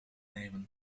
nemen